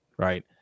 Right